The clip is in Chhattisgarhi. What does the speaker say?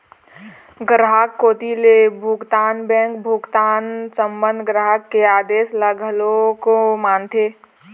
गराहक कोती ले भुगतान बेंक भुगतान संबंध ग्राहक के आदेस ल घलोक मानथे